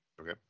Okay